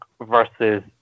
versus